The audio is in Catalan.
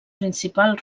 principal